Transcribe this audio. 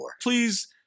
Please